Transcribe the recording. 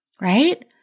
Right